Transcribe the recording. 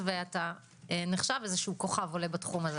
של כל תושבי העולם.